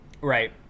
Right